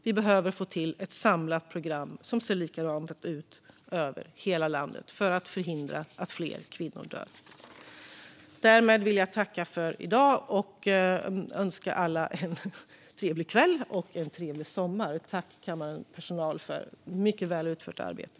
Vi behöver få till ett samlat program som ser likadant ut över hela landet för att förhindra att fler kvinnor dör. Därmed vill jag tacka för i dag och önska alla en trevlig kväll och en trevlig sommar. Tack, kammarens personal, för ett mycket väl utfört arbete!